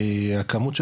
הכמות של